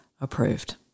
approved